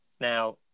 Now